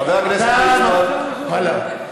ליצמן,